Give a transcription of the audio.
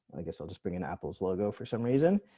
i guess i'll just bring an apples logo for some reason.